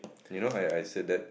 you know I I say that